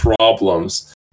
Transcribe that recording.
problems